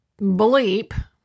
bleep